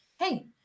hey